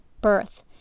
birth